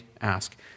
ask